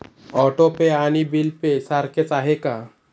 Auto pay आणि bill pay सारखेच आहे का?